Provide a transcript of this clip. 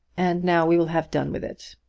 and now we will have done with it.